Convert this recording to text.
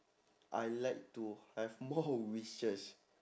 I like to have more wishes